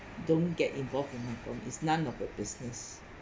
don't get involved in my problem it's none of your business